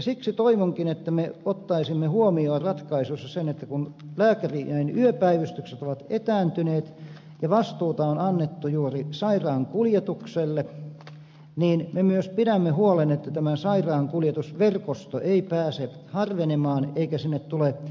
siksi toivonkin että me ottaisimme huomioon ratkaisuissa sen että kun lääkärien yöpäivystykset ovat etääntyneet ja vastuuta on annettu juuri sairaankuljetukselle niin me myös pidämme huolen että tämä sairaankuljetusverkosto ei pääse harvenemaan eikä sinne tule tyhjiötä